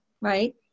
right